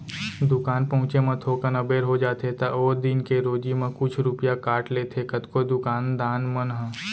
दुकान पहुँचे म थोकन अबेर हो जाथे त ओ दिन के रोजी म कुछ रूपिया काट लेथें कतको दुकान दान मन ह